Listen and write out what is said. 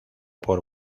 por